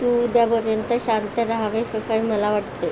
तू उद्यापर्यंत शांत रहावेस असे मला वाटते